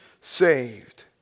saved